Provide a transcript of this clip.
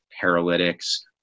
paralytics